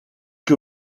que